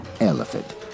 Elephant